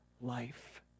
life